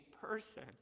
person